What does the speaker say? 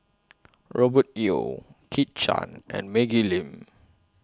Robert Yeo Kit Chan and Maggie Lim